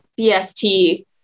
bst